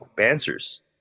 answers